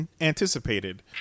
anticipated